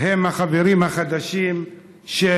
הם החברים החדשים של